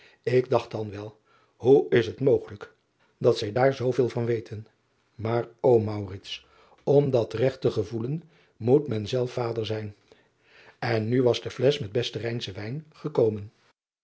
k dacht dan wel hoe is het mogelijk dat zij daar zooveel van weten maar o om dat regt te gevoelen moet men zelf vader zijn n nu was de flesch met besten ijnschen wijn gekomen